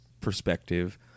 perspective